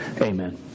Amen